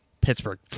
Pittsburgh